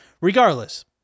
Regardless